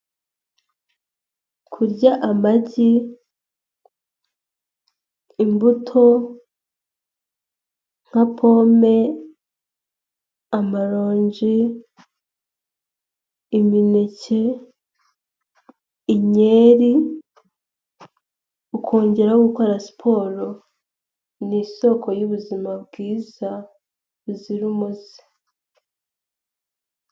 Kurya amagi, imbuto, nka pome, amaronji, imineke, inkeri, ukongera gukora siporo, ni isoko y'ubuzima bwiza buzira umuze.